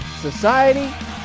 society